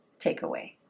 takeaway